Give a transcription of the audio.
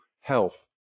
health